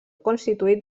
constituït